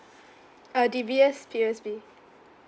uh D_B_S P_O_S_B